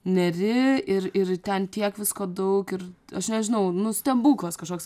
neri ir ir ten tiek visko daug ir aš nežinau nu stebuklas kažkoks